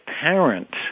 parents